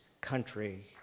country